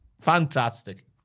fantastic